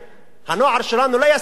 הנוער שלנו לא יסכים פשוט.